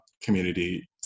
community